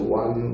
one